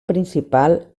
principal